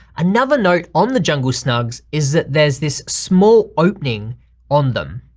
another note on the jungle snugs is that there's this small opening on them.